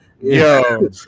Yo